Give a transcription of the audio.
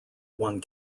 one